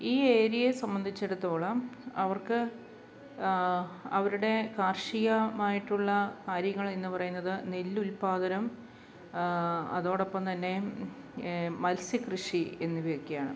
ഈ ഏരിയയെ സംബന്ധിച്ചിടത്തോളം അവർക്ക് അവരുടെ കാർഷികമായിട്ടുള്ള കാര്യങ്ങൾ എന്ന് പറയുന്നത് നെല്ല് ഉൽപ്പാദനം അതോടൊപ്പം തന്നെ മത്സ്യകൃഷി എന്നിവയൊക്കെയാണ്